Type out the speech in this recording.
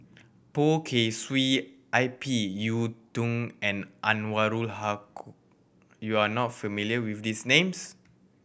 Poh Kay Swee I P Yiu Tung and Anwarul you are not familiar with these names